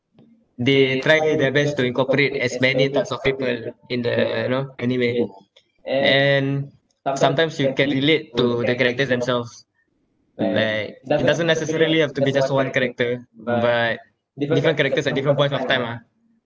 they try their best to incorporate as many types of people in the you know anime and sometimes you can relate to the characters themselves like it doesn't necessarily have to be just one character but different characters at different points of time ah